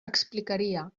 explicaria